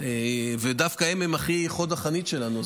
ודווקא הם חוד החנית שלנו.